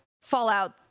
Fallout